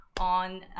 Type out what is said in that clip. on